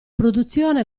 produzione